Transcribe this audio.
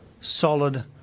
solid